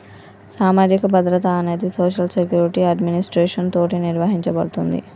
సామాజిక భద్రత అనేది సోషల్ సెక్యురిటి అడ్మినిస్ట్రేషన్ తోటి నిర్వహించబడుతుంది